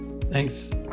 Thanks